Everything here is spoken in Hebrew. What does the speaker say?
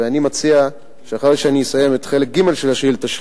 ואני מציע שאחרי שאסיים את חלק ג' של השאילתא שלך,